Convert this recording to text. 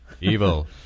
evil